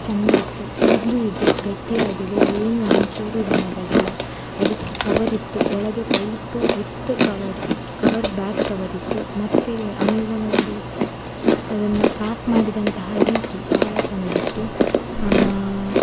ಚೆಂದ ಇತ್ತು ಈಗಲೂ ಇದೆ ಗಟ್ಟಿಯಾಗಿದೆ ಏನು ಒಂಚೂರು ಡ್ಯಾಮೇಜ್ ಆಗಿಲ್ಲ ಅದಕ್ಕೆ ಕವರಿತ್ತು ಒಳಗೆ pipe with cover cover back ಕವರಿತ್ತು ಮತ್ತು ಅಮೆಝಾನ್ ಅವರು ಅದನ್ನು ಪ್ಯಾಕ್ ಮಾಡಿದಂತಹ ರೀತಿ ಬಹಳ ಚೆನ್ನಾಗಿತ್ತು